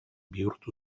bihurtu